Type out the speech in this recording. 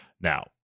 Now